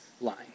line